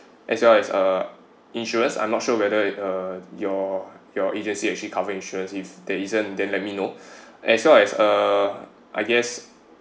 as well as uh insurance I'm not sure whether uh your your agency actually cover insurance if there isn't then let me know as well as uh I guess